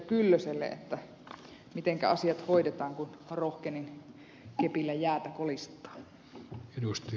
kyllöselle mitenkä asiat hoidetaan kun rohkenin kepillä jäätä kolistaa